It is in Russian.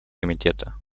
комитета